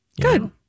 Good